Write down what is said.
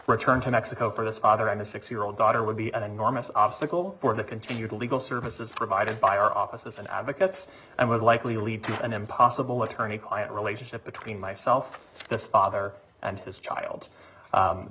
return to mexico for this other i'm a six year old daughter would be an enormous obstacle for the continued legal services provided by our offices and advocates and would likely lead to an impossible attorney client relationship between myself this father and his child